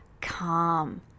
calm